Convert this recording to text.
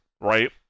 right